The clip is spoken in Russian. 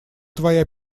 твоя